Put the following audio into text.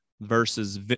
versus